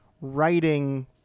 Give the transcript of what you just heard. writing